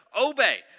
obey